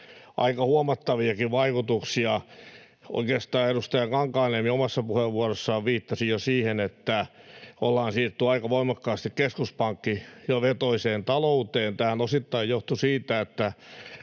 aika huomattaviakin vaikutuksia. Oikeastaan edustaja Kankaanniemi omassa puheenvuorossaan viittasi jo siihen, että on siirrytty aika voimakkaasti keskuspankkivetoiseen talouteen. Tämähän osittain johtui siitä, että